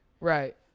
Right